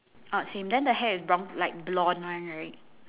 oh same then the hair is brown like blonde one right